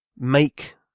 make